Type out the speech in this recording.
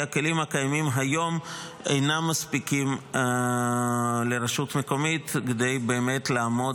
כי הכלים הקיימים היום אינם מספיקים לרשות מקומית לעמוד